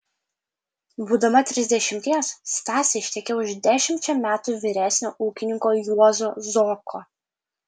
būdama trisdešimties stasė ištekėjo už dešimčia metų vyresnio ūkininko juozo zoko